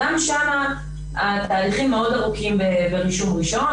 גם שם התהליכים מאוד ארוכים ברישום ראשון.